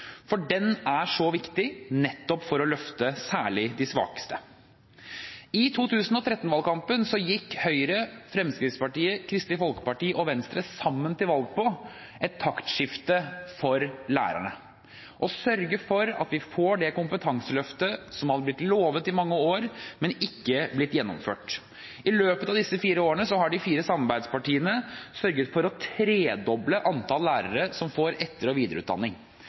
for den er så viktig for å løfte særlig de svakeste. I 2013-valgkampen gikk Høyre, Fremskrittspartiet, Kristelig Folkeparti og Venstre sammen til valg på et taktskifte for lærerne – å sørge for at vi får det kompetanseløftet som hadde blitt lovet i mange år, men ikke blitt gjennomført. I løpet av disse fire årene har de fire samarbeidspartiene sørget for å tredoble antallet lærere som får etter- og videreutdanning.